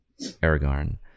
aragorn